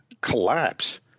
collapse